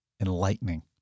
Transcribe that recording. enlightening